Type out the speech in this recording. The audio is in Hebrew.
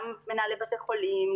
גם מנהלי בתי חולים,